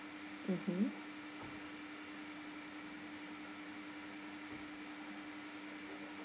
mmhmm